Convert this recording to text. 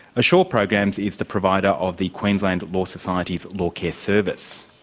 assure programs is the provider of the queensland law society's law care service.